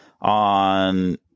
on